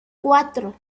cuatro